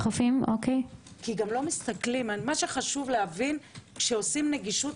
מה שחשוב להבין כשעושים נגישות,